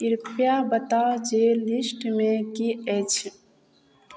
कृपया बताउ जे लिस्टमे की अछि